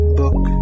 book